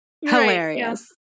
Hilarious